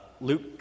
Luke